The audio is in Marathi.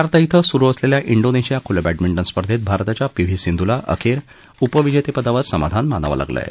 जकार्ता इथं सुरू असलेल्या इंडोनेशिया खुल्या बद्दमिंटन स्पर्धेत भारताच्या पी व्ही सिंधूला अखेर उपविजेतेपदावर समाधान मानावं लागलं आहे